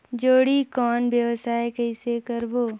जोणी कौन व्यवसाय कइसे करबो?